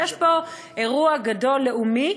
יש פה אירוע גדול לאומי,